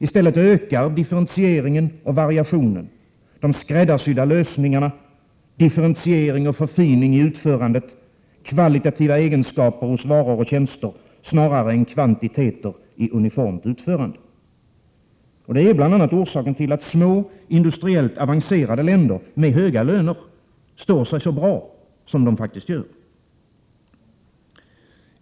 I stället ökar differentieringen och variationen, de skräddarsydda lösningarna, differentiering och förfining i utförandet, kvalitativa egenskaper hos varor och tjänster snarare än kvantiteter i uniformt utförande. Det är bl.a. orsaken till att små industriellt avancerade länder med höga löner står sig så bra som de faktiskt gör.